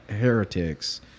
heretics